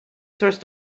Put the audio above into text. source